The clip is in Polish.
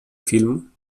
film